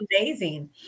amazing